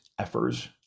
effers